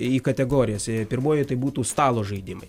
į kategorijas pirmoji tai būtų stalo žaidimai